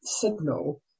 signal